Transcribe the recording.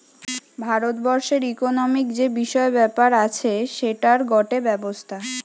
ভারত বর্ষের ইকোনোমিক্ যে বিষয় ব্যাপার আছে সেটার গটে ব্যবস্থা